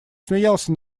смеялся